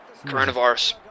Coronavirus